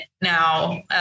now